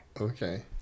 Okay